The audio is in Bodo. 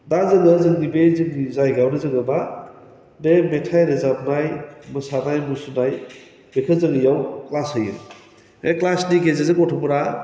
दा जोङो जोंनि बे जोंनि जायगायावनो जोङो मा बे मेथाइ रोजाबनाय मोसानाय मुसुरनाय बेखौ जोंनियाव क्लास होयो बे क्लासनि गेजेरजों गथ'फ्रा